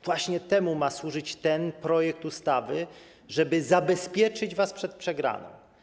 Właśnie temu ma służyć ten projekt ustawy, żeby zabezpieczyć was przed przegraną.